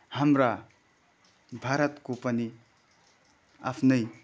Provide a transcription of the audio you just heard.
हाम्रा भारतको पनि आफ्नै